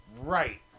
Right